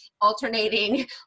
alternating